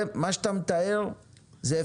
מה שאתה מתאר הוא הפקרות,